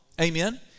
Amen